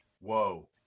Whoa